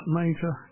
major